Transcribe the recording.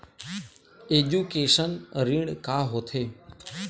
Education ऋण का होथे?